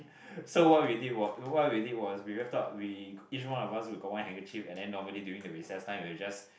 so what we did what we did was we whipped out we each one of us we got one handkerchief and then normally during the recess time we will just